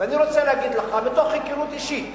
אני רוצה להגיד לך, מתוך היכרות אישית